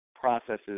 processes